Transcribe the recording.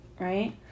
right